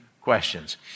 questions